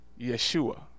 Yeshua